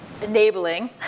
enabling